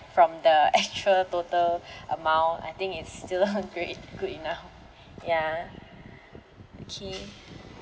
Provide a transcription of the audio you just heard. from the actual total amount I think it's still a great good enough ya okay